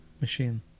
machine